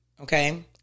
okay